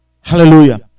Hallelujah